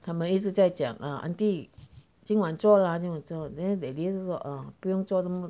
他们一直在讲啊 auntie 今晚做啦今晚做 then that day 是说不用做这么